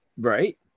Right